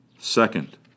Second